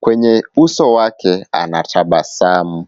Kwenye uso wake anatabasamu.